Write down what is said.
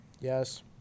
Yes